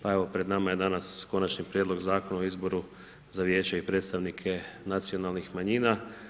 Pa evo, pred nama je danas Konačni prijedlog Zakona o izboru za vijeće i predstavnike nacionalnih manjina.